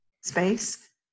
space